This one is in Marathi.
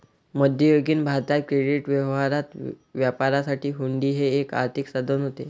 मध्ययुगीन भारतात क्रेडिट व्यवहारात वापरण्यासाठी हुंडी हे एक आर्थिक साधन होते